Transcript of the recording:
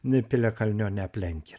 n piliakalnio neaplenki